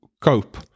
cope